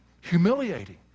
humiliating